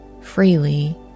freely